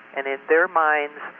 and in their minds,